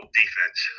defense